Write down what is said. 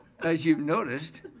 as you've noticed.